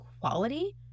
quality